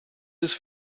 his